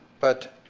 but,